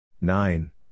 Nine